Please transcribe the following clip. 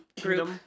group